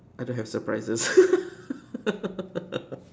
I don't have surprises